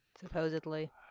Supposedly